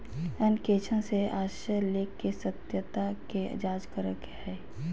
अंकेक्षण से आशय लेख के सत्यता के जांच करे के हइ